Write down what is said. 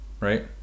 Right